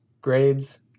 grades